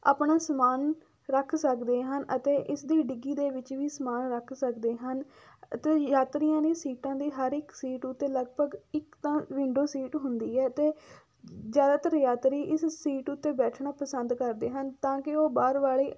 ਆਪਣਾ ਸਮਾਨ ਰੱਖ ਸਕਦੇ ਹਨ ਅਤੇ ਇਸ ਦੀ ਡਿੱਗੀ ਦੇ ਵਿੱਚ ਵੀ ਸਮਾਨ ਰੱਖ ਸਕਦੇ ਹਨ ਅਤੇ ਯਾਤਰੀਆਂ ਲਈ ਸੀਟਾਂ ਦੀ ਹਰ ਇੱਕ ਸੀਟ ਉੱਤੇ ਲਗਭਗ ਇੱਕ ਤਾਂ ਵਿੰਡੋ ਸੀਟ ਹੁੰਦੀ ਹੈ ਅਤੇ ਜ਼ਿਆਦਾਤਰ ਯਾਤਰੀ ਇਸ ਸੀਟ ਉੱਤੇ ਬੈਠਣਾ ਪਸੰਦ ਕਰਦੇ ਹਨ ਤਾਂ ਕਿ ਉਹ ਬਾਹਰ ਵਾਲੀ